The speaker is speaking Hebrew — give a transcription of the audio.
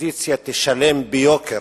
שהאופוזיציה תשלם ביוקר